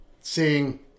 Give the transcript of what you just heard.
seeing